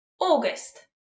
August